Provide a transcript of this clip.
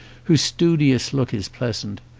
whose studious look is pleasant,